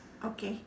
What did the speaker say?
okay